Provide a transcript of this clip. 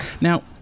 Now